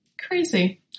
Crazy